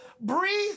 Breathe